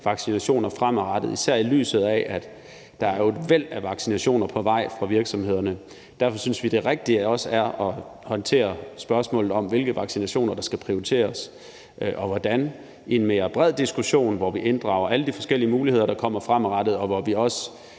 vaccinationer fremadrettet. Det gælder især i lyset af, at der jo er et væld af vaccinationer på vej fra virksomhederne. Derfor synes vi, det rigtige også er at håndtere spørgsmålet om, hvilke vaccinationer der skal prioriteres og hvordan i en mere bred diskussion, hvor vi inddrager alle de forskellige muligheder, der kommer fremadrettet, og hvor vi også